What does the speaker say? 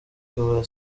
tubura